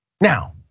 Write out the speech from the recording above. Now